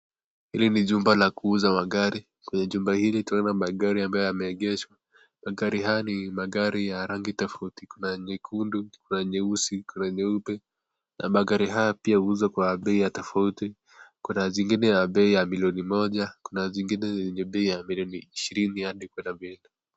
Hili ni jumba la kuuza magari, kwenye jumba hili tunaona magari ambayo yameegeshwa, magari haya ni magari ya rangi tofauti, kuna nyekundu, kuna nyeusi kuna nyeupe, magari haya pia huuzwa pia kwa bei tofauti. Kuna zingine ya bei ya milioni moja kuna zingine ya bei milioni ishirini hadi kwenda mbele.